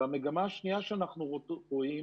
והמגמה השנייה שאנחנו רואים